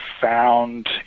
found